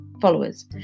followers